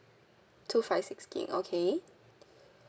two five six gig okay